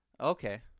Okay